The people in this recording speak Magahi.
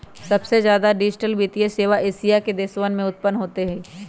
सबसे ज्यादा डिजिटल वित्तीय सेवा एशिया के देशवन में उन्नत होते हई